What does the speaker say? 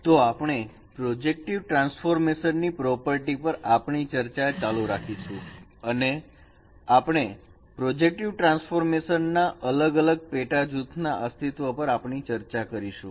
તો આપણે projective transformation ની પ્રોપર્ટી પર આપણી ચર્ચા ચાલુ રાખીશું અને આપણે પ્રોજેક્ટિવ ટ્રાન્સફોર્મેશન ના અલગ અલગ પેટા જૂથના અસ્તિત્વ પર આપણી ચર્ચા કરીશું